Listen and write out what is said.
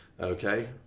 okay